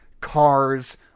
cars